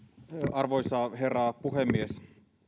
arvoisa herra puhemies